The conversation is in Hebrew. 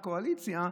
מהקואליציה,